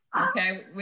Okay